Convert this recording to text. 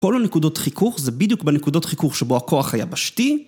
כל הנקודות חיכוך זה בדיוק בנקודות חיכוך שבו הכוח היבשתי.